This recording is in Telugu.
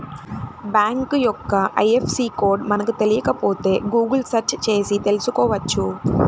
బ్యేంకు యొక్క ఐఎఫ్ఎస్సి కోడ్ మనకు తెలియకపోతే గుగుల్ సెర్చ్ చేసి తెల్సుకోవచ్చు